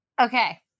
Okay